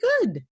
good